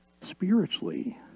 Spiritually